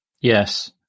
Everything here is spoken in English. Yes